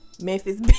Memphis